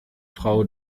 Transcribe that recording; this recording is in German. frau